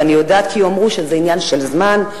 ואני יודעת שיאמרו שזה עניין של זמן,